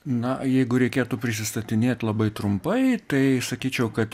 na jeigu reikėtų prisistatinėt labai trumpai tai sakyčiau kad